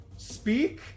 Speak